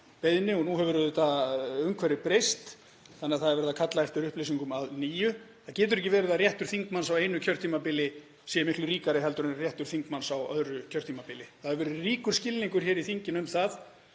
beiðni og nú hefur umhverfið breyst þannig að það er verið að kalla eftir upplýsingum að nýju. Það getur ekki verið að réttur þingmanns á einu kjörtímabili sé miklu ríkari en réttur þingmanns á öðru kjörtímabili. Það hefur verið ríkur skilningur hér í þinginu um það